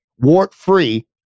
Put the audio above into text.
wart-free